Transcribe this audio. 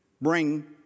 bring